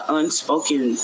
unspoken